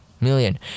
million